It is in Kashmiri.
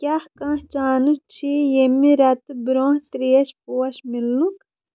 کیٛاہ کانٛہہ چانٕس چھی ییٚمہِ رٮ۪تہٕ برٛونٛہہ ترٛیش پوش مِلنُک